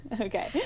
Okay